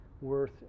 worth